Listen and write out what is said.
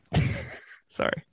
sorry